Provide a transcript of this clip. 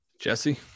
Jesse